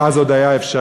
ואז זה עוד היה אפשרי,